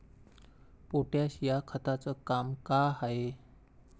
Potash या खताचं काम का हाय?